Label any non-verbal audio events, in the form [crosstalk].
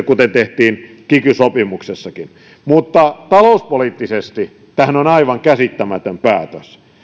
[unintelligible] kuten tehtiin kiky sopimuksessakin mutta talouspoliittisestihan tämä on aivan käsittämätön päätös